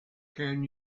can